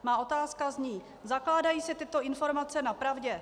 Má otázka zní: Zakládají se tyto informace na pravdě?